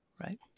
right